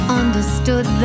understood